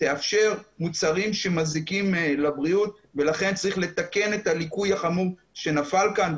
תאפשר מוצרים שמזיקים לבריאות ולכן צריך לתקן את הליקוי החמור שנפל כאן.